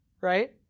right